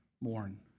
mourn